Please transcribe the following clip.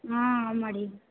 ஆ ஆமாடி